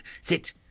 Sit